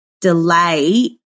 delay